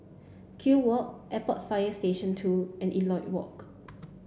Kew Walk Airport Fire Station two and Elliot Walk